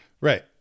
Right